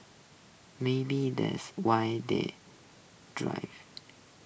maybe that's why they drive